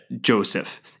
Joseph